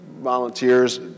volunteers